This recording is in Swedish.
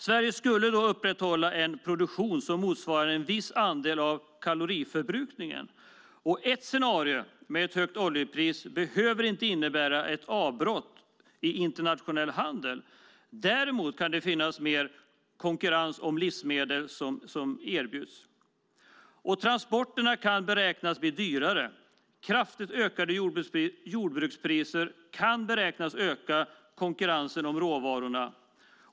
Sverige skulle då upprätthålla en produktion som motsvarade en viss andel av kaloriförbrukningen. Ett scenario med ett högt oljepris behöver inte innebära ett avbrott i internationell handel. Däremot kan det finnas mer konkurrens om livsmedel som erbjuds. Transporterna beräknas bli dyrare. Kraftigt ökade jordbrukspriser beräknas öka konkurrensen om råvarorna.